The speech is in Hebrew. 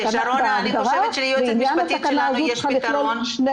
שרונה, אני חושבת שליועצת המשפטית שלנו יש פתרון.